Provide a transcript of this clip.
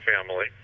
family